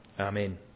Amen